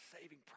Saving